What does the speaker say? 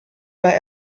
war